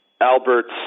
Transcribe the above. Albert's